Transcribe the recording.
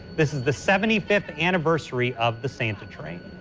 this is the seventy fifth anniversary of the santa train.